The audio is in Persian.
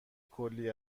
کلی